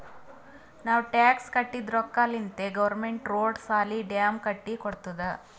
ನಾವ್ ಟ್ಯಾಕ್ಸ್ ಕಟ್ಟಿದ್ ರೊಕ್ಕಾಲಿಂತೆ ಗೌರ್ಮೆಂಟ್ ರೋಡ್, ಸಾಲಿ, ಡ್ಯಾಮ್ ಕಟ್ಟಿ ಕೊಡ್ತುದ್